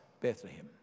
bethlehem